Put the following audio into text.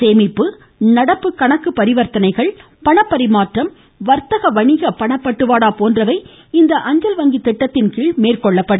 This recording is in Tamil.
சேமிப்பு நடப்பு கணக்கு பரிவர்த்தனைகள் பணப்பரிமாற்றம் வர்த்தக வணிக பணப்பட்டுவாடா போன்றவை இந்த அஞ்சல் வங்கி திட்டத்தின்கீழ் மேற்கொள்ளப்படும்